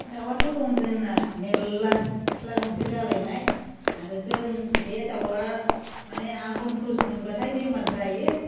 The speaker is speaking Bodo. दाउआथ' दं जोंना मेरला सिथ्ला गंसे जालायनाय आरो जों बे दाउआ माने आघन पुस मोनबाथाय बेमार जायो